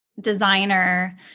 designer